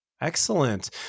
Excellent